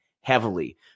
heavily